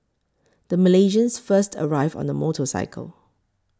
the Malaysians first arrived on a motorcycle